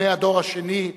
ובני הדור השני,